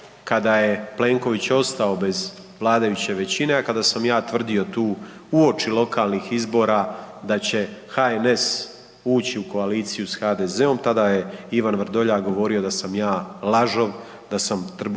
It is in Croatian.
kada je Plenković ostao bez vladajuće većine, a kada sam ja tvrdio tu uoči lokalnih izbora da će HNS ući u koaliciju s HDZ-om tada je Ivan Vrdoljak govorio da sam ja lažov, da sam